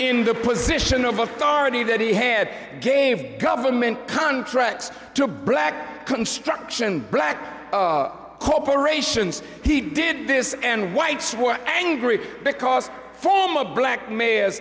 in the position of authority that he had gave government contracts to black construction black corporations he did this and whites were angry because former black ma